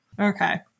Okay